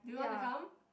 ya